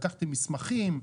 לקחתם מסמכים,